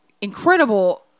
incredible